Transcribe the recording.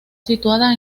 situada